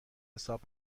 حساب